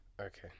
okay